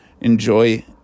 enjoy